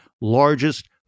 largest